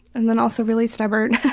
and and also really stubborn.